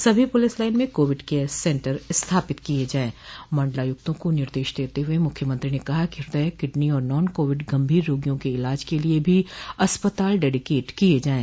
सभी police line में covid care centre स्थापित मंडलायुक्तों को निर्देश देते हुए मुख्यमंत्री ने कहा कि हृदय किडनी और नॉन कोविड गंभीर रोगियों के इलाज के लिये भी अस्पताल डेडीकेट किये जाये